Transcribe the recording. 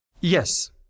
yes